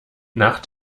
nach